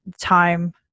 time